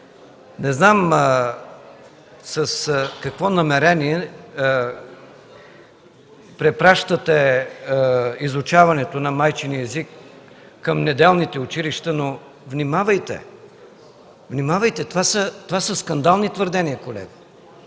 Не знам с какво намерение препращате изучаването на майчиния език към неделните училища, но внимавайте. Внимавайте! Това са скандални твърдения, колега.